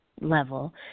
level